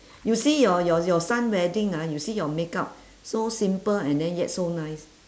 you see your your your son wedding ah you see your makeup so simple and then yet so nice